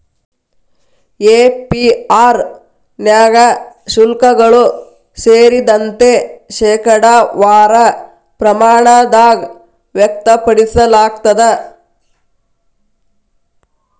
APR ನ್ಯಾಗ ಶುಲ್ಕಗಳು ಸೇರಿದಂತೆ, ಶೇಕಡಾವಾರ ಪ್ರಮಾಣದಾಗ್ ವ್ಯಕ್ತಪಡಿಸಲಾಗ್ತದ